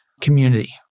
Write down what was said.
community